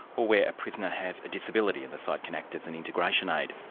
or where a prisoner has a disability and the site can act as an integration aid.